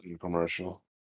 Commercial